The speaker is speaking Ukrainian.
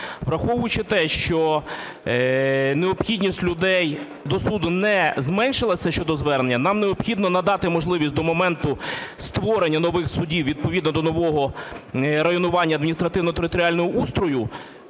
Враховуючи те, що необхідність людей до суду не зменшилася щодо звернення, нам необхідно надати можливість до моменту створення нових судів відповідно до нового районування адміністративно-територіального устрою